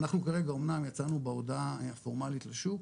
אנחנו כרגע אמנם יצאנו בהודעה הפורמאלית לשוק,